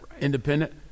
Independent